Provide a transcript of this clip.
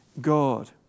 God